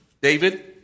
David